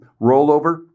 rollover